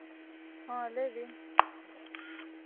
ᱦᱚᱸ ᱞᱟᱹᱭ ᱵᱤᱱ